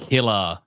Killer